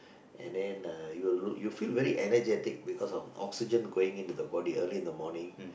and then uh you will you'll feel very energetic because of oxygen going into the body early in the morning